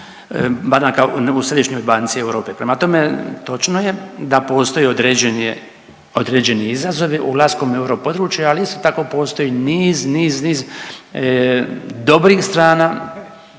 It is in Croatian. u središnjoj banci Europe. Prema tome, točno je da postoje određeni izazovi ulaskom u europodručje, ali isto tako postoji niz, niz, niz dobrih strana,